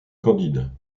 candide